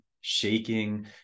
shaking